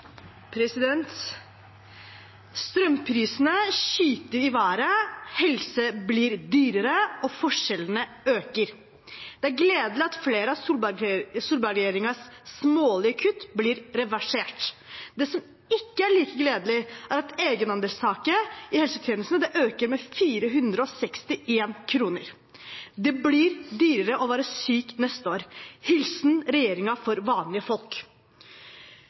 gledelig at flere av Solberg-regjeringens smålige kutt blir reversert. Det som ikke er like gledelig, er at egenandelstaket i helsetjenestene øker med 461 kr. Det blir dyrere å være syk neste år. Hilsen regjeringen for vanlige folk.